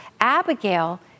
Abigail